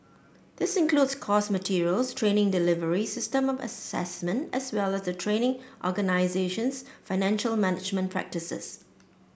this includes course materials training delivery system of assessment as well as the training organisation's financial management practices